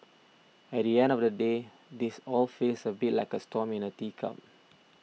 at the end of the day this all feels a bit like a storm in a teacup